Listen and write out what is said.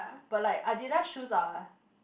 but like Adidas shoes are